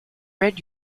read